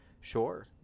Sure